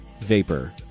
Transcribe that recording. vapor